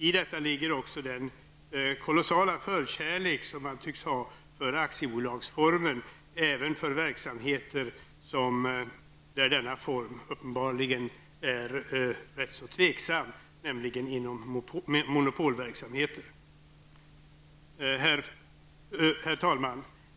I detta ligger också den kolossala förkärlek man tycks ha för aktiebolagsformen även för verksamheter där denna form uppenbarligen är rätt så tveksam, nämligen inom monopolverksamheter. Herr talman!